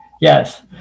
Yes